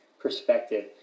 perspective